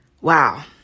wow